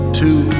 two